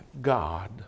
God